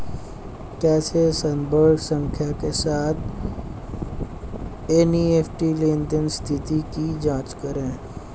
कैसे संदर्भ संख्या के साथ एन.ई.एफ.टी लेनदेन स्थिति की जांच करें?